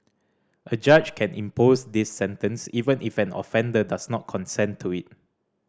a judge can impose this sentence even if an offender does not consent to it